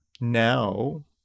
now